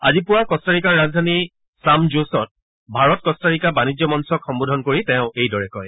আজি পুৱা কট্টাৰিকাৰ ৰাজধানী চাম জছত ভাৰত কট্টাৰিকা বাণিজ্য মঞ্চক সম্বোধন কৰি এইদৰে কয়